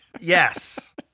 Yes